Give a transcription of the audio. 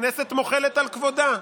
הכנסת מוחלת על כבודה,